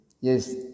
Yes